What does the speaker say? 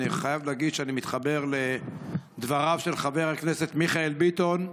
אני חייב להגיד שאני מתחבר לדבריו של חבר הכנסת מיכאל ביטון,